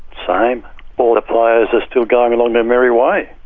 same. all the players are still going along their merry way.